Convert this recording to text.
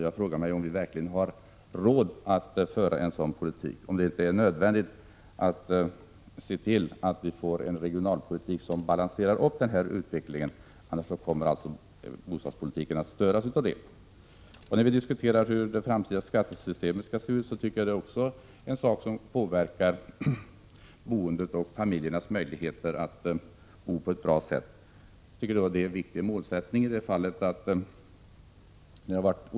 Jag frågar mig om vi verkligen har råd att föra en sådan politik. Jag anser att det är nödvändigt att se till att vi får en regionalpolitik som balanserar den här utvecklingen, för annars kommer bostadspolitiken att utsättas för mycket stora störningar. När vi diskuterar hur det framtida skattesystemet skall se ut måste vi tänka på att detta påverkar boendet och familjernas möjligheter att bo på ett bra sätt. Det tycker jag är en viktig målsättning.